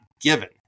given